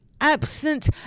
absent